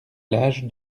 l’âge